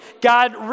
God